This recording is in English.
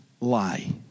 lie